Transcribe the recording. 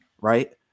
right